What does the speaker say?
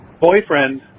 boyfriend